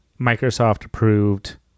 Microsoft-approved